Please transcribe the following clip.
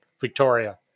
Victoria